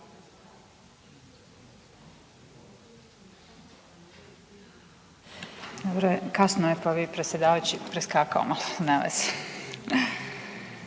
kasno je pa bi predsjedavajući preskakao malo. Nema veze.